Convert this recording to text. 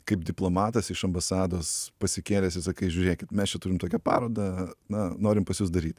kaip diplomatas iš ambasados pasikėlęs ir sakai žiūrėkit mes čia turim tokią parodą na norim pas jus daryt